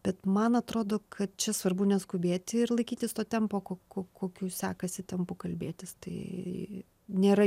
bet man atrodo kad čia svarbu neskubėti ir laikytis to tempo ko ko kokiu sekasi tempu kalbėtis tai nėra